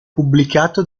pubblicato